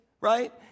right